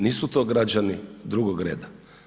Nisu to građani drugog reda.